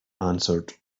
answered